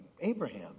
Abraham